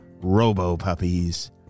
robo-puppies